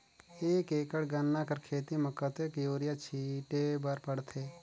एक एकड़ गन्ना कर खेती म कतेक युरिया छिंटे बर पड़थे?